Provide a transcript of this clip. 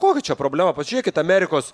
kokia čia problema pasižiūrėkit amerikos